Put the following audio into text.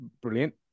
brilliant